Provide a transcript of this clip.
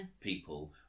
people